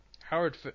Howard